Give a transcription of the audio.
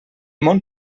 món